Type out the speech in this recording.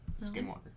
Skinwalker